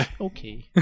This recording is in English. okay